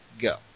Go